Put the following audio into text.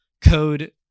code